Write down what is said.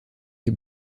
les